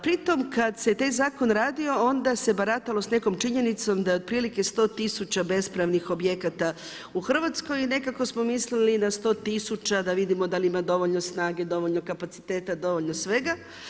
Pri tom kada se taj zakon radio onda se baratalo s nekom činjenicom da otprilike sto tisuća bespravnih objekata u Hrvatskoj i nekako smo misli na sto tisuća da vidimo da li ima dovoljno snage, dovoljno kapaciteta, dovoljno svega.